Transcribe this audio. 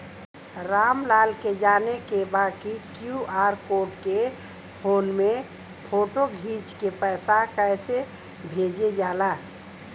राम लाल के जाने के बा की क्यू.आर कोड के फोन में फोटो खींच के पैसा कैसे भेजे जाला?